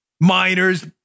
Miners